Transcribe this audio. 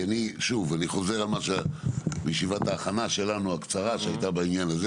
אני חוזר על מה שהיה בישיבת ההכנה הקצרה שלנו בעניין הזה